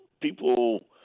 people